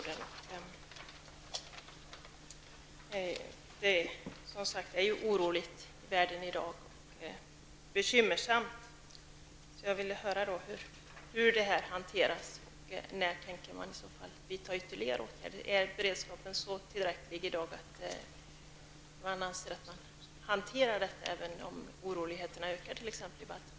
Det är som sagt oroligt i världen i dag, och därför ville jag höra hur detta hanteras och när regeringen tänker vidta ytterligare åtgärder. Är beredskapen i dag så god att man anser att man kan hantera detta även om oroligheterna ökar i t.ex. Baltikum?